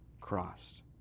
cross